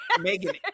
Megan